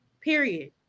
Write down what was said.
period